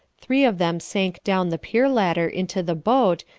three of them sank down the pier-ladder into the boat,